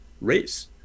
race